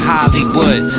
Hollywood